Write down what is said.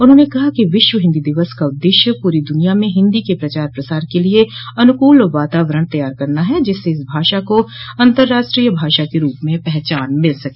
उन्होंने कहा कि विश्व हिन्दी दिवस का उद्देश्य पूरी दुनिया में हिन्दी के प्रचार प्रसार के लिये अनुकूल वातावरण तैयार करना है जिससे इस भाषा को अतर्राष्ट्रीय भाषा के रूप में पहचान मिल सके